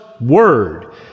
word